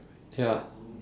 ya